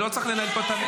לא צריך לנהל פה את המליאה.